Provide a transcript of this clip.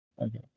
okay